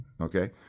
okay